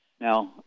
Now